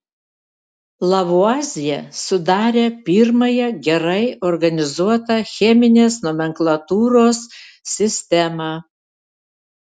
lavuazjė sudarė pirmąją gerai organizuotą cheminės nomenklatūros sistemą